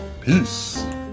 Peace